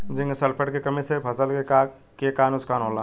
Zinc sulphate के कमी से फसल के का नुकसान होला?